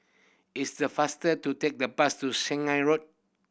is the faster to take the bus to Shanghai Road